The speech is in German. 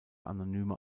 anonymer